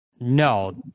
No